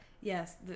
yes